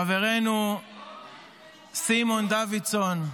חברנו סימון דוידסון,